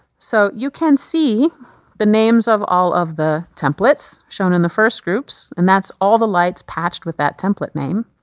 so you can see the names of all of the templates shown in the first groups, and that's all the lights patched with that template name.